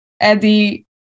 Eddie